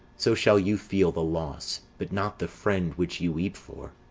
so shall you feel the loss, but not the friend which you weep for.